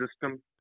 system